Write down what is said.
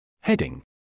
Heading